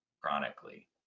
chronically